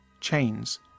chains